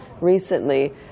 recently